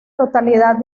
totalidad